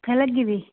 कुत्थै लग्गी दी